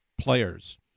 players